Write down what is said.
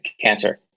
cancer